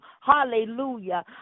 Hallelujah